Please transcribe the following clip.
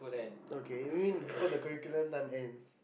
okay you mean before the curriculum time ends